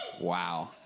Wow